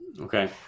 Okay